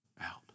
out